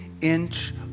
inch